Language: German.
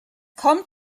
kommt